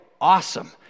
Awesome